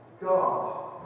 God